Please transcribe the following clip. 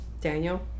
Daniel